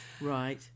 Right